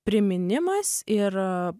priminimas ir